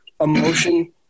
emotion